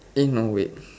eh no wait